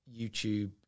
YouTube